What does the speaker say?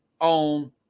on